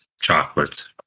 chocolates